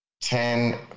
ten